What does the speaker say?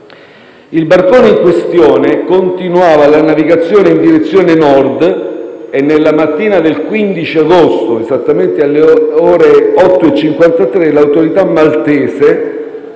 Il barcone in questione continuava la navigazione in direzione nord e nella mattina del 15 agosto, esattamente alle ore 8,53, l'autorità maltese,